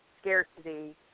scarcity